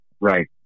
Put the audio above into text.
Right